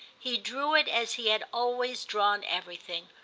he drew it as he had always drawn everything,